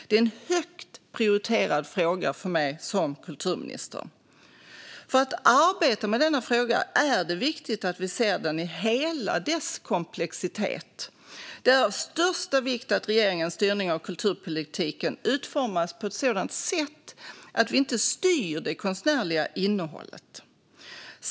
Det är en högt prioriterad fråga för mig som kulturminister. När vi arbetar med denna fråga är det viktigt att vi ser den i hela dess komplexitet. Det är av största vikt att regeringens styrning av kulturpolitiken utformas på ett sådant sätt att vi inte styr det konstnärliga innehållet.